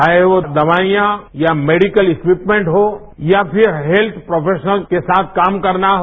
चाहे वो दवाईयां या मेडिकल इक्यूपमेंट्स हों या फिर हेत्थ प्रोर्फेशनल के साथ काम करना हो